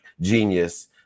genius